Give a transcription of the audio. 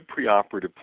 preoperative